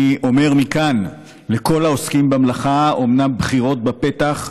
אני אומר מכאן לכל העוסקים במלאכה: אומנם בחירות בפתח,